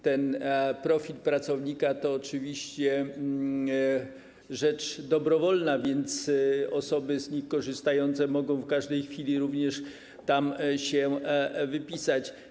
Ten profil pracownika to oczywiście rzecz dobrowolna, więc osoby z tego korzystające mogą w każdej chwili również z tego się wypisać.